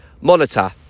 monitor